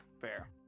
Fair